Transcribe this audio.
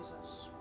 jesus